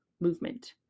movement